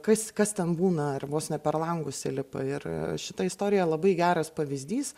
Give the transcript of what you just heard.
kas kas ten būna ar vos ne per langus įlipa ir šita istorija labai geras pavyzdys